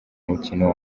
mukino